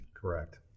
Correct